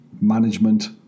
management